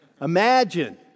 Imagine